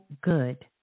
good